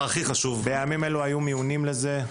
בימים אלו היו מיונים לזה,